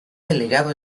delegado